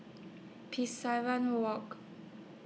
Walk